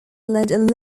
learned